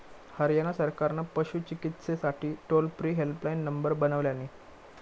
हरयाणा सरकारान पशू चिकित्सेसाठी टोल फ्री हेल्पलाईन नंबर बनवल्यानी